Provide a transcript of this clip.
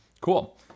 Cool